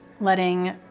letting